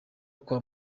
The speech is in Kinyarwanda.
kwa